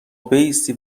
بایستی